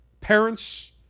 Parents